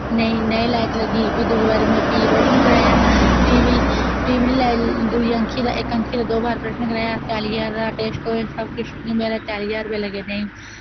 नेईं नेईं लाइट लग्गी फ्ही दूई बारी मीं फी प्रश्न कराया फ्ही बी नेईं लाइट इक अक्खीं दा दूई अक्खीं दो बार प्रश्न कराया चाली ज्हार दा टेस्ट होए सब किश मेरा चाली ज्हार रपेया लग्गेआ नेईं